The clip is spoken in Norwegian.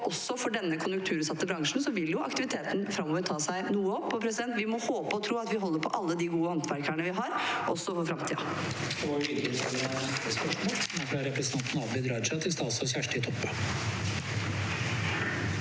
Også for denne konjunkturutsatte bransjen vil aktiviteten framover ta seg noe opp. Vi må håpe og tro at vi holder på alle de gode håndverkerne vi har, også for framtiden.